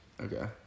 Okay